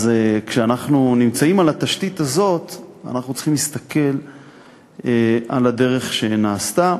אז כשאנחנו נמצאים על התשתית הזאת אנחנו צריכים להסתכל על הדרך שנעשתה.